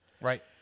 Right